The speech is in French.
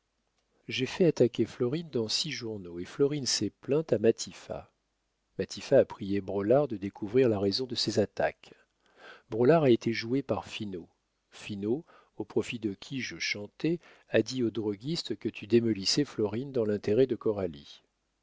j'ai fait attaquer florine dans six journaux et florine s'est plainte à matifat matifat a prié braulard de découvrir la raison de ces attaques braulard a été joué par finot finot au profit de qui je chantais a dit au droguiste que tu démolissais florine dans l'intérêt de coralie